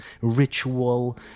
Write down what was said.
ritual